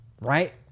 right